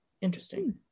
Interesting